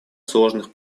сложных